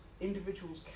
individuals